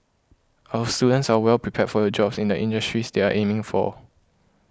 our students are well prepared for the jobs in the industries they are aiming for